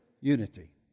unity